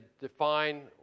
define